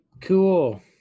cool